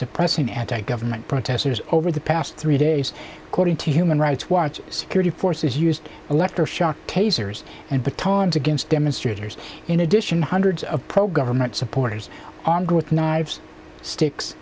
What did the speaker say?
suppressing anti government protesters over the past three days according to human rights watch security forces used electroshock tasers and the times against demonstrators in addition hundreds of pro government supporters on go with knives sticks